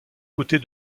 côtés